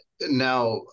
Now